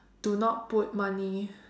do not put money